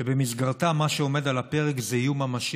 שבמסגרתן מה שעומד על הפרק זה איום ממשי